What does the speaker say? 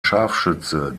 scharfschütze